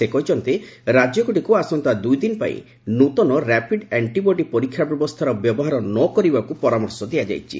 ସେ କହିଛନ୍ତି ରାଜ୍ୟଗୁଡ଼ିକୁ ଆସନ୍ତା ଦୁଇ ଦିନ ପାଇଁ ନୃତନ ର୍ୟାପିଡ୍ ଆଣ୍ଟିବଡି ପରୀକ୍ଷା ବ୍ୟବସ୍ଥାର ବ୍ୟବହାର ନ କରିବାକୁ ପରାମର୍ଶ ଦିଆଯାଇଛି